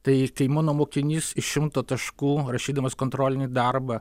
tai kai mano mokinys iš šimto taškų rašydamas kontrolinį darbą